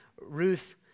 Ruth